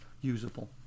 usable